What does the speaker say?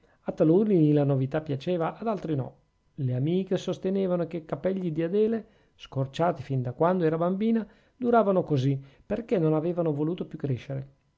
a taluni la novità piaceva ad altri no le amiche sostenevano che i capegli di adele scorciati fin da quando era bambina duravano così perchè non avevano voluto più crescere